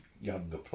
younger